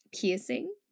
piercing